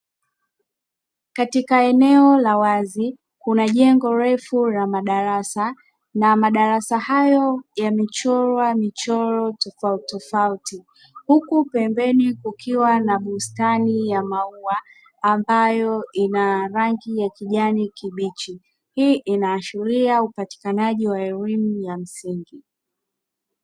Katika eneo la wazi kuna jengo refu la madarasa na madarasa hayo yamechorwa michoro tofauti tofauti, huku pembeni kukiwa na bustani ya maua ambayo ina rangi ya kijani kibichi, hii inaashiria upatikanaji wa elimu ya msingi.